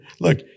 look